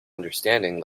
understanding